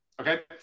okay